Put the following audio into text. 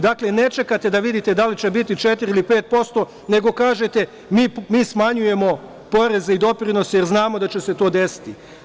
Dakle, ne čekate da li će biti 4% ili 5%, nego kažete – mi smanjujemo poreze i doprinose jer znamo da će se to desiti.